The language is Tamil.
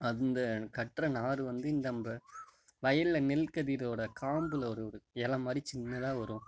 அந்த கட்டுற நார் வந்து இந்த நம்ப வயலில் நெல்கதிரோட காம்பில் ஒரு ஒரு இல மாதிரி சின்னதாக வரும்